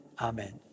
Amen